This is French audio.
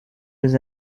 des